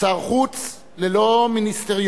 שר חוץ ללא מיניסטריון,